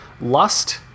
Lust